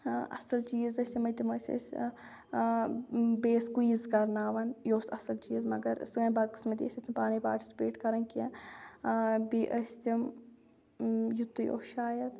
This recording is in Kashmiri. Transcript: اَصٕل چیٖز ٲسۍ یِمٕے تِم ٲسۍ أسۍ بیٚیہِ ٲسۍ کُیِز کَرناوَان یہِ اوس اَصٕل چیٖز مگر سٲنۍ بَدقسمتی أسۍ ٲسۍ نہٕ پانَے پاٹسِپیٹ کَرَان کینٛہہ بیٚیہِ ٲسۍ تِم یُتُے اوس شاید